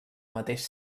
mateix